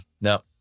no